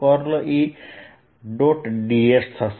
s થશે